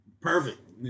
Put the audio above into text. perfect